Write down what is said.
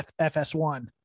FS1